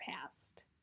past